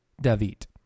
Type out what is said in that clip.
David